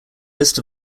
list